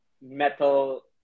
metal